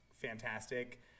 fantastic